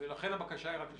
ולכן הבקשה היא רק לשבועיים.